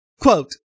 Quote